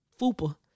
fupa